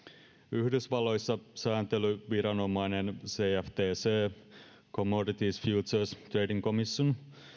yhdysvalloissa sääntelyviranomainen cftc commodity futures trading commission